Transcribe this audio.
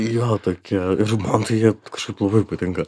jo tokie ir žmonai jie kažkaip labai patinka